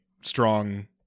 strong